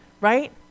right